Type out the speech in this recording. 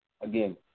Again